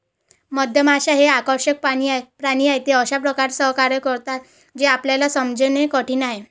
मधमाश्या हे आकर्षक प्राणी आहेत, ते अशा प्रकारे सहकार्य करतात जे आपल्याला समजणे कठीण आहे